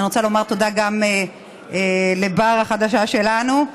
ואני רוצה לומר תודה גם לבר החדשה שלנו,